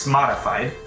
modified